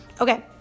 Okay